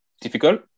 difficult